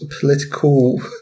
political